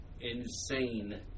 insane